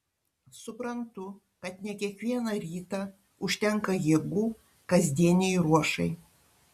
suprantu kad ne kiekvieną rytą užtenka jėgų kasdienei ruošai